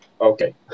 Okay